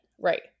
right